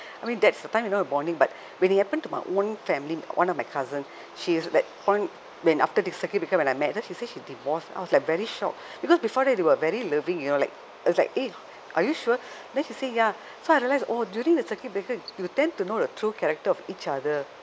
I mean that's the time you know the bonding but when it happen to my own family one of my cousin she is that point when after the circuit breaker when I met her she say she divorced I was like very shocked because before that they were very loving you know like it was like eh are you sure then she say ya so I realized orh during circuit breaker you tend to know the true character of each other